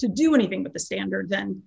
to do anything but the standard th